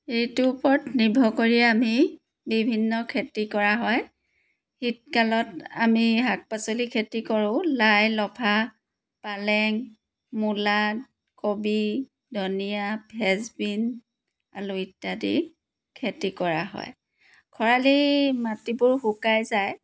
ঋতুৰ ওপৰত নিৰ্ভৰ কৰিয়ে আমি বিভিন্ন খেতি কৰা হয় শীতকালত আমি শাক পাচলি খেতি কৰোঁ লাই লফা পালেং মূলা কবি ধনিয়া ফ্ৰেন্স বীন আলু ইত্যাদি খেতি কৰা হয় খৰালি মাটিবোৰ শুকাই যায়